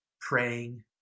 praying